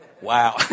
Wow